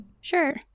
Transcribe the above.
Sure